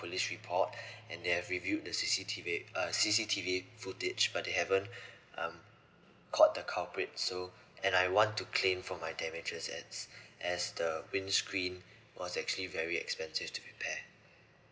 police report and they have reviewed the C_C_T_V uh C_C_T_V footage but they haven't um caught the culprit so and I want to claim for my damages as as the windscreen was actually very expensive to repair